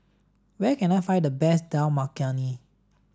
where can I find the best Dal Makhani